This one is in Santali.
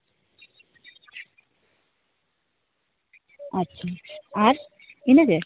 ᱟᱪᱪᱷᱟ ᱟᱨ ᱤᱱᱟᱹ ᱜᱮ